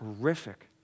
horrific